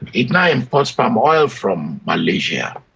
and it now imports palm oil from malaysia.